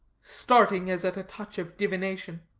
starting as at a touch of divination.